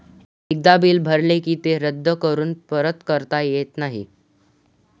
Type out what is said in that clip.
एकदा बिल भरले की ते रद्द करून परत करता येत नाही